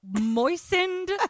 moistened